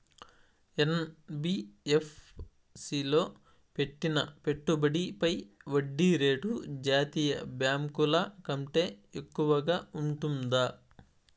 NBFC లో పెట్టిన పెట్టుబడి పై వడ్డీ రేటు జాతీయ బ్యాంకు ల కంటే ఎక్కువగా ఉంటుందా?